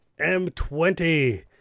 M20